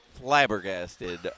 flabbergasted